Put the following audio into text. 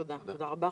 תודה רבה.